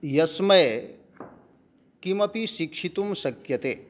यस्मै किमपि शिक्षितुं शक्यते